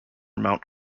mount